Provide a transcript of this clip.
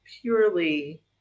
purely